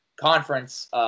conference